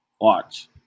Watch